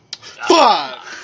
Fuck